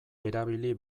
erabili